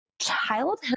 Childhood